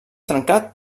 trencat